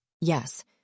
Yes